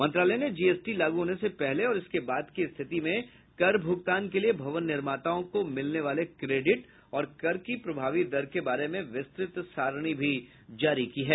मंत्रालय ने जीएसटी लागू होने से पहले और इसके बाद की स्थिति में कर भुगतान के लिए भवन निर्माताओं को मिलने वाले क्रेडिट और कर की प्रभावी दर के बारे में विस्तृत सारणी भी जारी की है